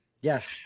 Yes